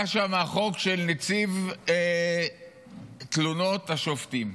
היה שם חוק של נציב תלונות השופטים.